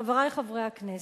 חברי חברי הכנסת,